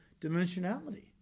dimensionality